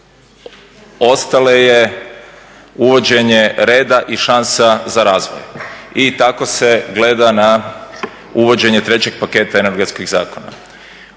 ostale je uvođenje reda i šansa za razvoj. I tako se gleda na uvođenje trećeg paketa energetskih zakona.